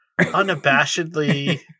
unabashedly